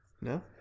No